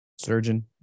Surgeon